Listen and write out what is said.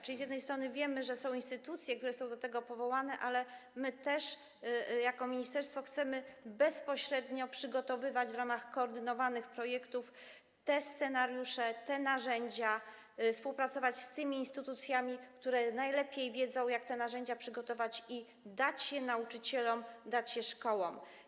Czyli z jednej strony wiemy, że są instytucje, które są do tego powołane, ale my też jako ministerstwo chcemy bezpośrednio przygotowywać w ramach koordynowanych projektów te scenariusze, te narzędzia, współpracować z tymi instytucjami, które najlepiej wiedzą, jak te narzędzia przygotować, i dać je nauczycielom, dać je szkołom.